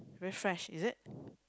very fresh is it